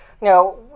Now